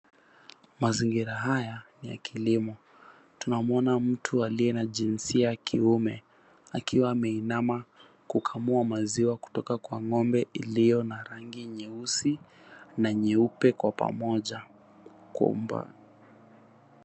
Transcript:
Mazingira haya yakilimo tunamuona mtu aliye na jinsia ya kiume akiwa ameinama kukamua maziwa kutoka kwa ng'ombe iliyo na rangi nyeusi na nyeupe kwa pamoja kwa umbali.